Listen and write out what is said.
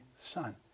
son